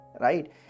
right